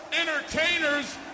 entertainers